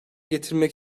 getirmek